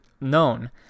known